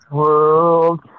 world